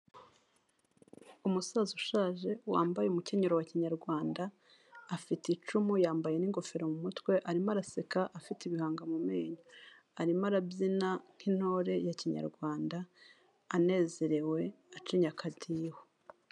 Umusaza ushaje wambaye umukenyerero wa kinyarwanda, afite icumu, yambaye n'ingofero mu mutwe, arimo araseka, afite ibihanga mu menyo. Arimo arabyina nk'intore ya kinyarwanda, anezerewe, acinya akadiho.